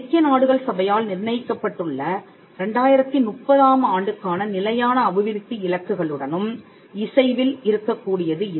ஐக்கிய நாடுகள் சபையால் நிர்ணயிக்கப்பட்டுள்ள 2030 ஆம் ஆண்டுக்கான நிலையான அபிவிருத்தி இலக்குகளுடனும் இசைவில் இருக்கக் கூடியது இது